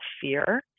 fear